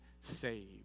saved